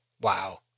Wow